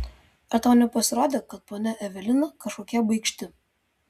ar tau nepasirodė kad ponia evelina kažkokia baikšti